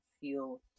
feel